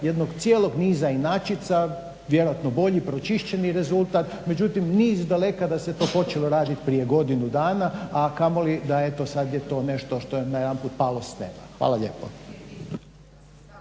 jednog cijelog niza inačica, vjerojatno bolji, pročišćeni rezultat. Međutim, ni iz daleka da se to počelo raditi prije godinu dana, a kamoli da eto sad je to nešto što je najedanput palo s nema. Hvala lijepo.